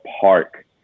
park